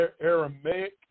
Aramaic